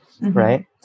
Right